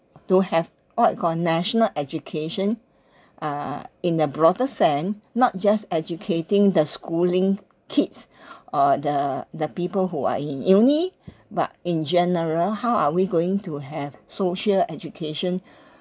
to have all got national education (uh)in a broader sense not just educating the schooling kids or the the people who are in uni but in general how are we going to have social education